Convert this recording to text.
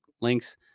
links